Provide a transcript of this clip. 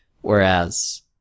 Whereas